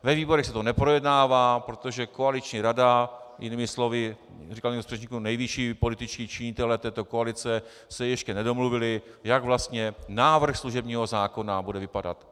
Ve výborech se to neprojednává, protože koaliční rada, jinými slovy, jak říkal někdo z předřečníků, nejvyšší političtí činitelé této koalice se ještě nedomluvili, jak vlastně návrh služebního zákona bude vypadat.